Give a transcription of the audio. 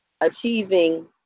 achieving